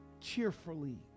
cheerfully